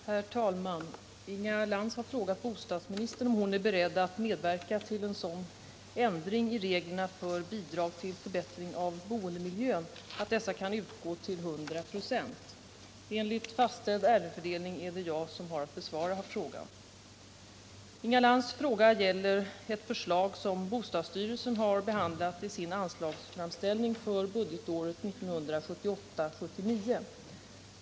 Herr talman! Inga Lantz har frågat bostadsministern om hon är beredd att medverka till en sådan ändring i reglerna för bidrag till förbättring av boendemiljön att dessa kan utgå till 100 926. Enligt fastställd ärendefördelning är det jag som har att besvara frågan. Inga Lantz fråga gäller ett förslag som bostadsstyrelsen har behandlat i sin anslagsframställning för budgetåret 1978/79.